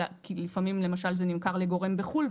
כי לפעמים למשל זה נמכר לגורם בחו"ל,